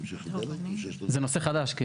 זה נושא חדש.